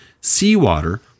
seawater